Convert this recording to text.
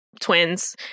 twins